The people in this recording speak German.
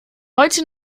heute